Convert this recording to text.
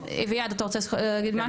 אביעד אתה רוצה להגיד משהו?